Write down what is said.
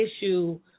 issue